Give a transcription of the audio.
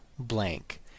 Blank